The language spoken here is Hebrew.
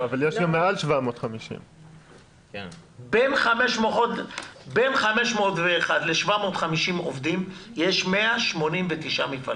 אבל יש גם מעל 750. בין 501 ל-750 עובדים יש 189 מפעלים.